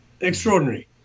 Extraordinary